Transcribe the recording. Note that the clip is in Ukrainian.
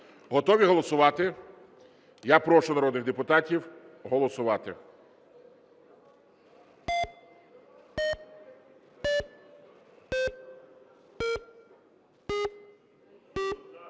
Готові голосувати? Я прошу народних депутатів голосувати.